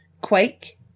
Quake